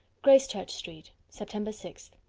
gracechurch street, sept. and six.